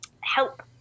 help